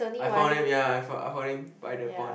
I found it ya I found found him by the pond